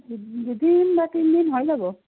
দুদিন বা তিনিদিন হৈ যাব